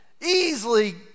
easily